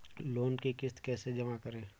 Loan की किश्त कैसे जमा करें?